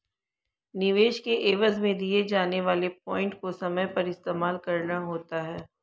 निवेश के एवज में दिए जाने वाले पॉइंट को समय पर इस्तेमाल करना होता है